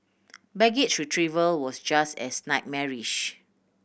baggage retrieval was just as nightmarish